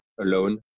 alone